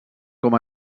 com